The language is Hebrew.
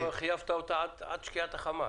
פה חייבת אותה עד שקיעת החמה.